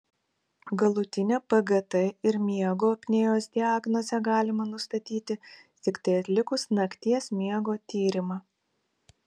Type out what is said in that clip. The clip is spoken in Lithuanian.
galutinę pgt ir miego apnėjos diagnozę galima nustatyti tiktai atlikus nakties miego tyrimą